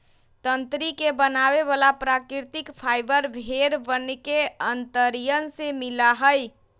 तंत्री के बनावे वाला प्राकृतिक फाइबर भेड़ वन के अंतड़ियन से मिला हई